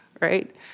right